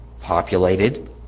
Populated